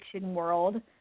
world